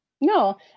No